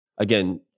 Again